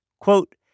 quote